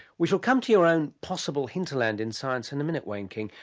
we shall come to your own possible hinterland in science in a minute wayne king,